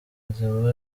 nzima